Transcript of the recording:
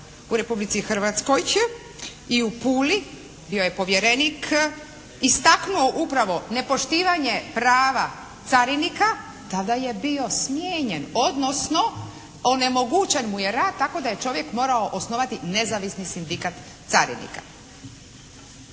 u Republici Hrvatskoj i u Puli, bio je povjerenik, istaknuo upravo nepoštivanje prava carinika, tada je bio smijenjen odnosno onemogućen mu je rad tako da je čovjek morao osnovati Nezavisni sindikat carinika.